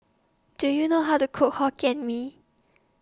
Do YOU know How to Cook Hokkien Mee